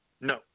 No